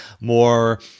more